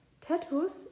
Tattoos